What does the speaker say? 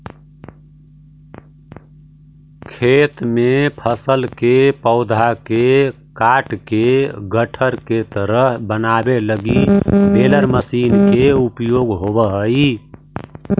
खेत में फसल के पौधा के काटके गट्ठर के तरह बनावे लगी बेलर मशीन के उपयोग होवऽ हई